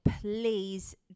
Please